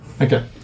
Okay